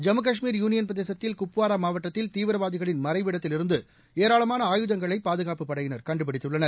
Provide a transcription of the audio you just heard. ஜம்மு காஷ்மீர் யூனியன்பிரதேசத்தில் குப்வாராமாவட்டத்தில் தீவிரவாதிகளின் மறைவிடத்தில் இருந்துஏராளமான ஆயுதங்களைபாதுகாப்புப் படையினர் கண்டுபிடித்துள்ளனர்